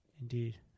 Indeed